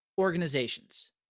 organizations